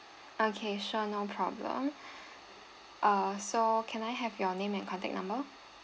okay sure no problem uh so can I have your name and contact number